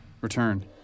return